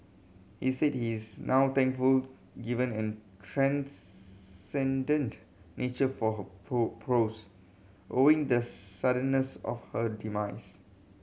he said is now thankful given and transcendent nature for her prose owing the suddenness of her demise